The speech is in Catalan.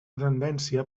tendència